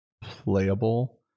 playable